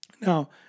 Now